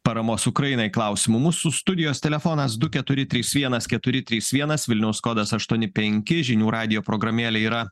paramos ukrainai klausimų mūsų studijos telefonas du keturi trys vienas keturi trys vienas vilniaus kodas aštuoni penki žinių radijo programėlė yra